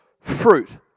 fruit